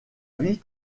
vit